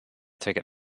ticket